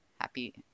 Happy